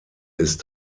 ist